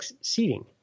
seating